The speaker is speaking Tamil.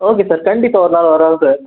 ஓகே சார் கண்டிப்பாக ஒரு நாள் வரோம் சார்